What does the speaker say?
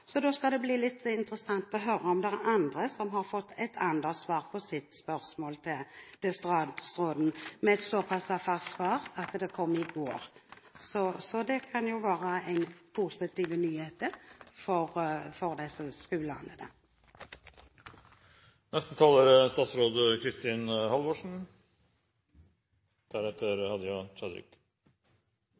Det skal bli litt interessant å høre om det er andre som har fått et annet svar på sitt spørsmål til statsråden – et svar såpass ferskt at det kom i går. Det kan jo være en positiv nyhet for disse skolene. Når det gjelder bibelskoler – alle typer skoletilbud – er